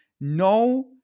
no